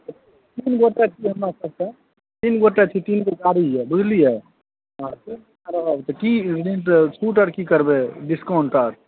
तीन गोटे छियै हमरा सबके तीन गोटे छियै तीन गो गाड़ी यऽ बुझलियै की रेंट छूट आओर की करबै डिस्काउंट आओर